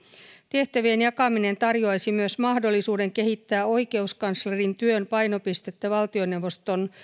tehtävien jakaminen tarjoaisi myös mahdollisuuden kehittää oikeuskanslerin työn painopistettä valtioneuvoston